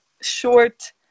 short